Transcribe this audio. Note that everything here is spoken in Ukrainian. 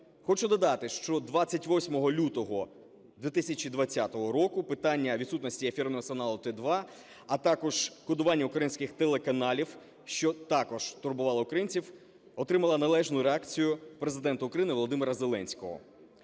Хочу додати, що 28 лютого 2020 року питання відсутності ефірного сигналу Т2, а також кодування українських телеканалів, що також турбувало українців, отримало належну реакцію Президента України Володимира Зеленського.